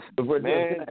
man